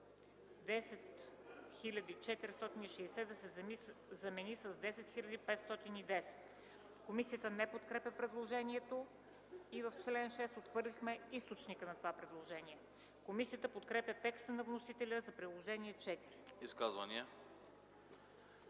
„10 460.0” да се замени с „10.510.0”. Комисията не подкрепя предложението. В чл. 6 отхвърлихме източникът на това предложение. Комисията подкрепя текста на вносителя за Приложение № 4.